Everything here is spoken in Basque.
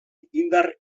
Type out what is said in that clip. indar